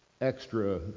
extra